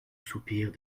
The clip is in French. soupirs